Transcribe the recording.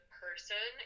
person